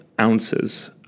ounces